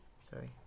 sorry